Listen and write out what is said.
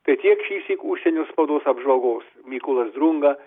tai tiek šįsyk užsienio spaudos apžvalgos mykolas drunga